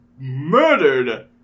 murdered